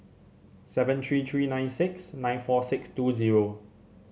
seven three three nine six nine four six two zero